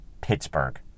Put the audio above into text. Pittsburgh